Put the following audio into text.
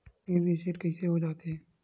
Pin reset कइसे हो जाथे?